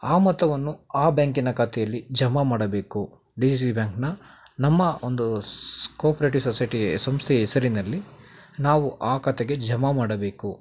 ಆ ಮೊತ್ತವನ್ನು ಆ ಬ್ಯಾಂಕಿನ ಖಾತೆಯಲ್ಲಿ ಜಮಾ ಮಾಡಬೇಕು ಡಿ ಸಿ ಸಿ ಬ್ಯಾಂಕ್ನ ನಮ್ಮ ಒಂದು ಕೋಪ್ರೇಟಿವ್ ಸೊಸೈಟಿ ಸಂಸ್ಥೆಯ ಎಸರಿನಲ್ಲಿ ನಾವು ಆ ಖಾತೆಗೆ ಜಮಾ ಮಾಡಬೇಕು